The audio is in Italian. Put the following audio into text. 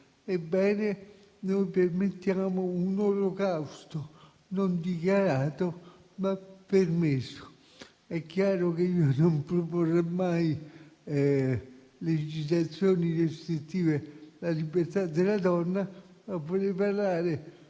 Ebbene, non permettiamo un olocausto non dichiarato. È chiaro che non proporrò mai legislazioni restrittive per la libertà della donna, ma vorrei parlare